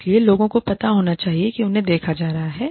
इसलिए लोगों को पता होना चाहिए कि उन्हें देखा जा रहा है